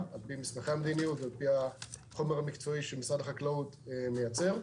על פי מסמכי המדיניות ועל פי החומר המקצועי שמשרד החקלאות מייצר.